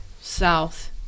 South